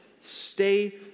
Stay